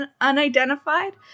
unidentified